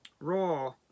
Raw